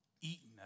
eaten